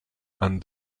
and